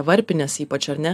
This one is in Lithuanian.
varpinės ypač ar ne